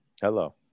Hello